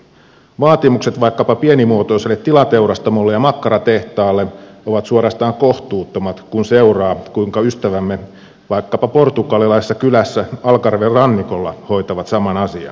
vaatimukset vaikkapa pienimuotoiselle tilateurastamolle ja makkaratehtaalle ovat suorastaan kohtuuttomat kun seuraa kuinka ystävämme vaikkapa portugalilaisessa kylässä algarven rannikolla hoitavat saman asian